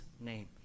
name